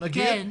נגיד.